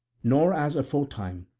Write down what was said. nor, as aforetime,